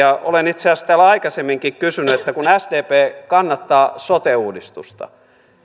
olen itse asiassa täällä aikaisemminkin kysynyt sitä että kun sdp kannattaa sote uudistusta